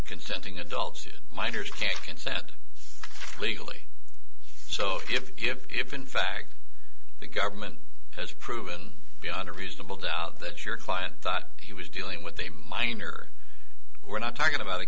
consenting adults minors can't consent legally so if in fact the government has proven beyond a reasonable doubt that your client thought he was dealing with a minor we're not talking about